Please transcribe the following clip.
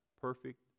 Perfect